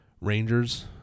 Rangers